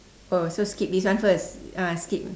oh so skip this one first ah skip